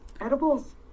Edibles